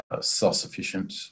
self-sufficient